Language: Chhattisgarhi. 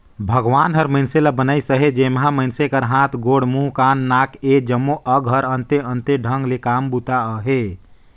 भगवान हर मइनसे ल बनाइस अहे जेम्हा मइनसे कर हाथ, गोड़, मुंह, कान, नाक ए जम्मो अग कर अन्ते अन्ते ढंग ले काम बूता अहे